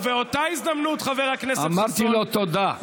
ובאותה הזדמנות, חבר הכנסת חסון, אמרתי לו תודה.